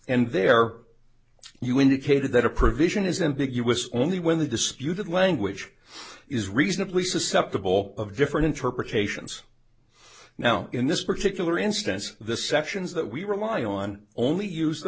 and there you indicated that a provision is ambiguous only when the disputed language is reasonably susceptible of different interpretations now in this particular instance the sections that we rely on only use the